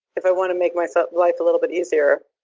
if i want to make my so life a little bit easier,